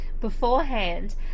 beforehand